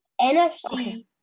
nfc